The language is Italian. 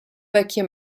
vecchie